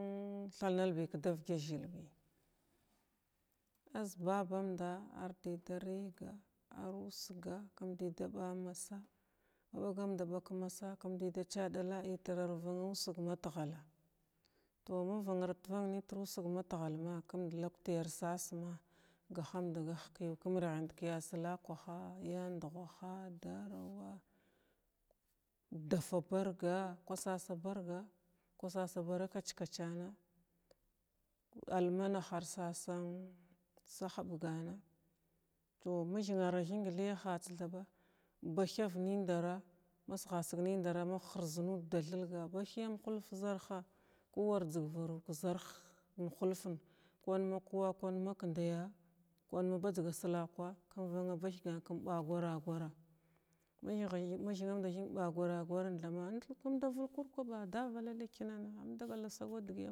Umm thand bi dav gya zəlly arz babamda, ar dəyda rəga, ar usga ar dəyda ɓamasa, ma ɓagamda ɓag ka masa kum dəgadaɓamasa ətra ar vanga usg matahala ma valətvang nətir mat ghalma kumd luktir sasma gahamdagha ka yuwa kum rahənt ka ya slakwaha, ya nduhaha, darava, dafa ɓarga’a sasa barga, kwa sasa bara kach-kachang, almanah ar sas an sahubgan, tow mathinara thing ləyhatsthaɓa bathav, nə’dara ma sgha sig nəndara ma hirz nuda da thilga ɓathyau hulf sarha kuwar jzəgvaru ka zarh na hulfən kwan ma kuwa kwan ma kəndaya, kwan ma bajʒga slalava kum vana bathgan kum ba gwara-gwara ma thirnanda thing ka gwara-gwarən thama ajzu kum da vəku kwaɓa davah litnin am dagal da swagwa dəgəy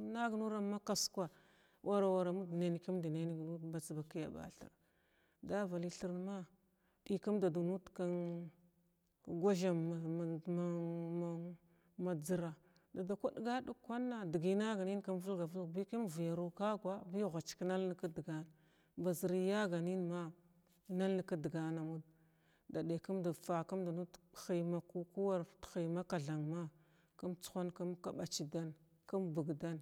nagnuram ma kwaska wara-wara mud ninkum da ning muda bath ba kiya ɓatir davaləy thir ma dəykumdady nud kan gwazam mən mən majəra ba kwa ɗgadəg kwanna dəgəy nagnin kum vəlga vəlg bi kum vəyaru ka agwa ku ghuchka nalnəg ka dgana ba zəry yagha nənma nalnəg kadəgan ammud da ɗaykumdət fakumda nud ka hiya ma ku kuwar fət ka həy makathan ma kum thuhum kum kaɓach dan kum bugdan.